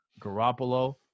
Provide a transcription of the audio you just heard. Garoppolo